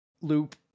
loop